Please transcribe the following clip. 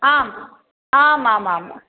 आम् आम् आम् आं